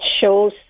shows